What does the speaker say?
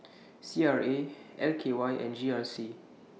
C R A L K Y and G R C